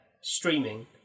streaming